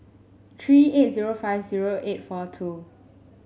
three eight zero five zero eight four two